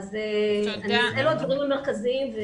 אלה הדברים המרכזיים.